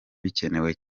bikenewe